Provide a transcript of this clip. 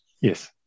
Yes